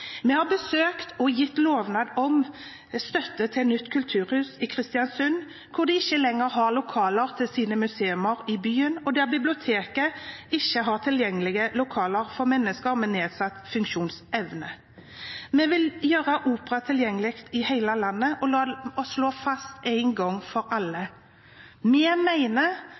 Vi har besøkt og gitt lovnad om støtte til nytt kulturhus i Kristiansund, hvor de ikke lenger har lokaler til sine museer i byen, og der biblioteket ikke har tilgjengelige lokaler for mennesker med nedsatt funksjonsevne. Vi vil gjøre opera tilgjengelig i hele landet. La oss slå fast en gang for alle: Vi